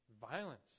violence